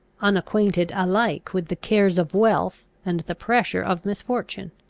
unacquainted alike with the cares of wealth and the pressure of misfortune.